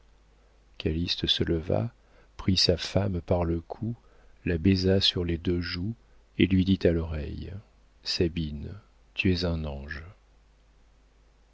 calyste se leva prit sa femme par le cou la baisa sur les deux joues et lui dit à l'oreille sabine tu es un ange